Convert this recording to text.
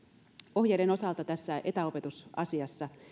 ohjeiden osalta tässä etäopetusasiassa